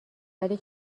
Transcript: ولی